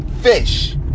Fish